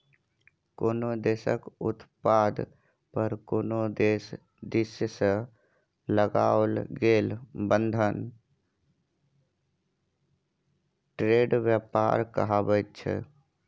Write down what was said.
कोनो देशक उत्पाद पर कोनो देश दिससँ लगाओल गेल बंधन ट्रेड व्यापार कहाबैत छै